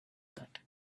that